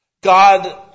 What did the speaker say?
God